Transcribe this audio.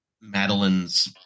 Madeline's